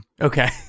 Okay